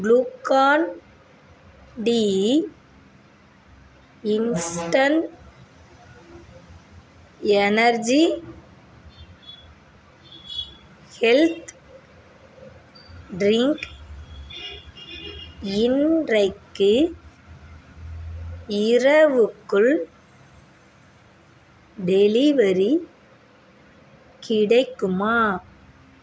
க்ளுக்கான் D instant energy health drink இன்றைக்கு இரவுக்குள் delivery கிடைக்குமா